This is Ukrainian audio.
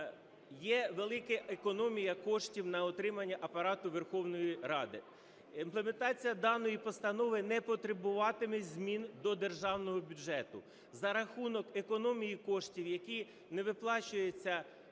є велика економія коштів на утримання Апарату Верховної Ради. Імплементація даної постанови не потребуватиме змін до державного бюджету. За рахунок економії коштів, які не виплачуються,